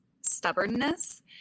stubbornness